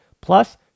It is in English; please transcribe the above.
Plus